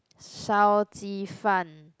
烧鸡饭